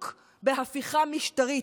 הוא, חברים, עסוק בהפיכה משטרית.